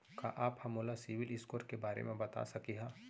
का आप हा मोला सिविल स्कोर के बारे मा बता सकिहा?